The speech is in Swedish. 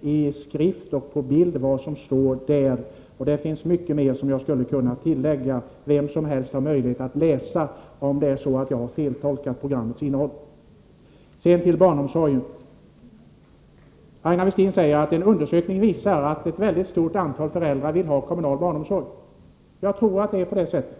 i skrift och på bild vad som står där. Det finns också mycket mer som jag skulle kunna tillägga. Vem som helst har möjlighet att själv studera det och avgöra, om jag skulle ha feltolkat programmets innehåll. Så till barnomsorgen. Aina Westin säger att en undersökning visar att ett mycket stort antal föräldrar vill ha kommunal barnomsorg. Jag tror att det är på det sättet.